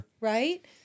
Right